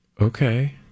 Okay